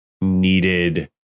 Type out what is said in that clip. needed